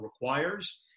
requires